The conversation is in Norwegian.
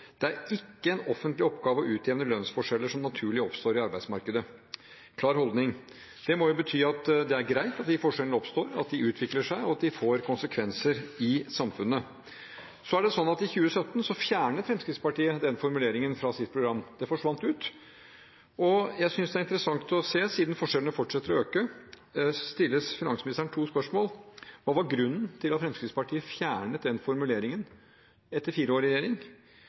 «Det er ikke en offentlig oppgave å utjevne lønnsforskjeller som naturlig oppstår i arbeidsmarkedet.» Det er en klar holdning, og det må jo bety at det er greit at de forskjellene oppstår, at de utvikler seg, og at de får konsekvenser for samfunnet. I 2017 fjernet Fremskrittspartiet denne formuleringen fra sitt program, den forsvant ut. Jeg synes det er interessant å se, siden forskjellene fortsetter å øke. Så jeg vil stille finansministeren to spørsmål: Hva var grunnen til at Fremskrittspartiet fjernet den formuleringen etter fire år i regjering?